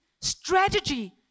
strategy